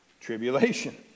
Tribulation